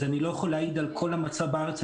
אז אני לא יכול להעיד על כל המצב בארץ,